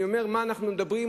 אני אומר מה אנחנו מדברים,